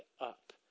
up